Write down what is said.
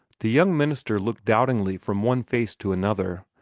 the young minister looked doubtingly from one face to another,